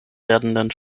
werdenden